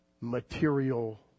material